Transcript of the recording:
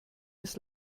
des